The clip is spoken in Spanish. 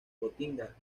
gotinga